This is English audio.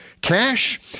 cash